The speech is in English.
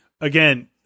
again